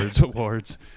Awards